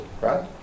right